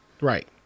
right